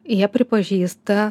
ją pripažįsta